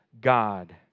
God